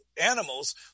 animals